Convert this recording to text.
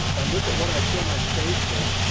if i look at what i fill my space with,